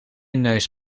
neus